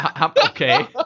Okay